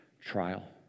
trial